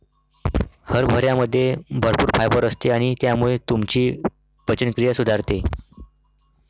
हरभऱ्यामध्ये भरपूर फायबर असते आणि त्यामुळे तुमची पचनक्रिया सुधारते